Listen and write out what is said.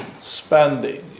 spending